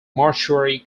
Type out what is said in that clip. mortuary